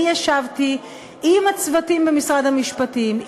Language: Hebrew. אני ישבתי עם הצוותים במשרד המשפטים,